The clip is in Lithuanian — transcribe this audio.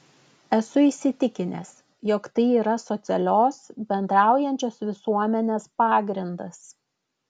esu įsitikinęs jog tai yra socialios bendraujančios visuomenės pagrindas